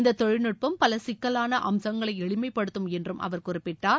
இந்த தொழில்நுட்பம் பல ஃசிக்கவாள அம்சங்களை எளிமைப்படுத்தும் என்றும் அவர் குறிப்பிட்டார்